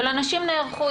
אבל אנשים נערכו,